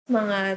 mga